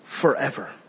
Forever